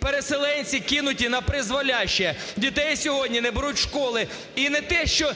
Переселенці кинуті напризволяще, дітей сьогодні не беруть в школи і не те, що